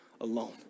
alone